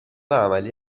عملی